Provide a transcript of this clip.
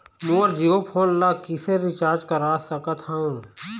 मोर Jio phone ला किसे recharge करा सकत हवं?